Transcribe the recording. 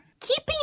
keeping